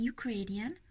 Ukrainian